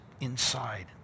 inside